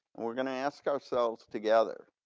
we're gonna ask ourselves together,